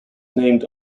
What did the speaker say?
named